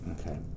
okay